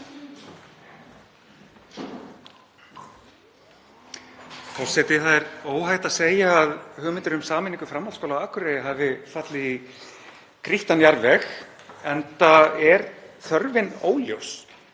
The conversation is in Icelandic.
Það er óhætt að segja að hugmyndir um sameiningu framhaldsskóla á Akureyri hafi fallið í grýttan jarðveg enda er þörfin óljós.